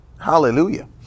hallelujah